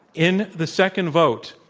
in the second vote,